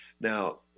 Now